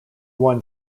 won